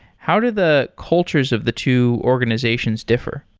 how do the cultures of the two organizations differ?